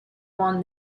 want